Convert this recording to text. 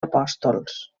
apòstols